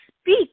speak